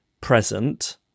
present